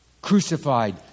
crucified